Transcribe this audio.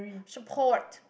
support